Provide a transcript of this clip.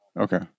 Okay